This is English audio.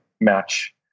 match